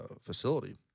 facility